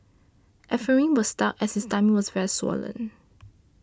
Ephraim was stuck as his tummy was very swollen